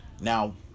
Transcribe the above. Now